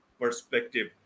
perspective